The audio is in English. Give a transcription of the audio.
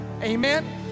amen